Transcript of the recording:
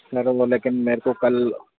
نہیں تو وہ لیکن میرے کو کل